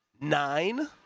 Nine